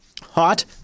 Hot